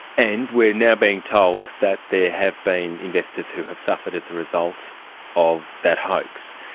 and we're now being told that there have been investors who have suffered as a result of that hoax.